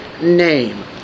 name